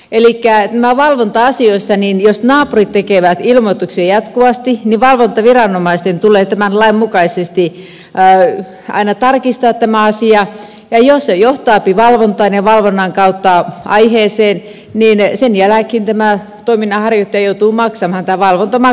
näissä valvonta asioissa jos naapurit tekevät ilmoituksia jatkuvasti valvontaviranomaisten tulee tämän lain mukaisesti aina tarkistaa tämä asia ja jos se johtaa valvontaan ja valvonnan kautta aiheeseen niin sen jälkeen tämä toiminnanharjoittaja joutuu maksamaan tämän valvontamaksun